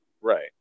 right